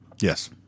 Yes